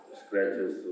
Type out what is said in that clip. scratches